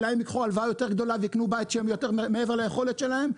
אולי הם ייקחו הלוואה יותר גדולה וייקנו בית שהוא מעבר ליכולת שלהם?